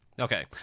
Okay